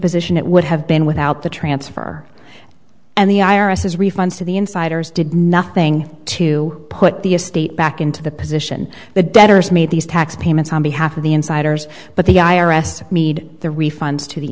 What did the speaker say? position it would have been without the transfer and the i r s has refunds to the insiders did nothing to put the estate back into the position the debtors made these tax payments on behalf of the insiders but the i r s need the refunds to the